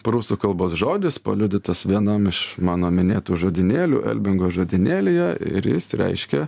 prūsų kalbos žodis paliudytas vienam iš mano minėtų žodynėlių elbingo žodynėlyje ir jis reiškia